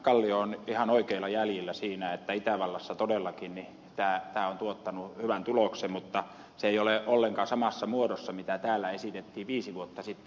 kallio on ihan oikeilla jäljillä siinä että itävallassa todellakin tämä on tuottanut hyvän tuloksen mutta se ei ole ollenkaan samassa muodossa kuin mitä täällä esitettiin viisi vuotta sitten